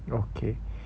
okay